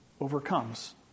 overcomes